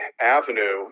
avenue